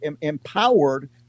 empowered